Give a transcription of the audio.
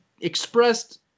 expressed